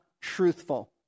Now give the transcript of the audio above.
truthful